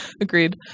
Agreed